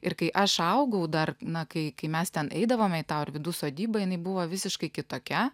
ir kai aš augau dar na kai kai mes ten eidavome į tą orvydų sodybą jinai buvo visiškai kitokia